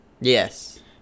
Yes